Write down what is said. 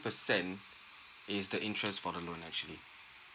percent is the interest for the loan actually